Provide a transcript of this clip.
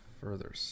further